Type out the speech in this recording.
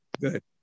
Good